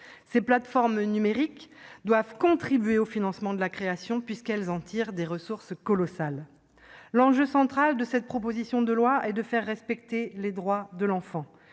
Ces plateformes numériques doivent contribuer au financement de la création, puisqu'elles en tirent des ressources colossales. L'enjeu central de cette proposition de loi est de faire respecter les droits de l'enfant.